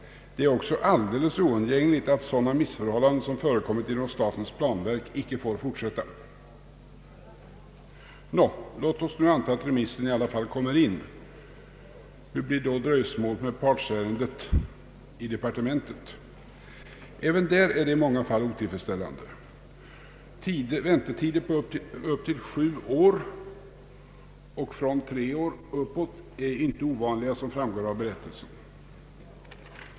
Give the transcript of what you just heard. Det är också alldeles oundgängligt att sådana missförhållanden som förekommit inom statens planverk inte får fortsätta. Låt oss nu anta att remissen i alla fall kommer in till departementet. Hur blir då dröjsmålet med partsärendet i departementet? Även där är situationen i många fall otillfredsställande. Väntetider på upp till sju år och från tre år och uppåt är inte ovanliga, som framgår av berättelsen.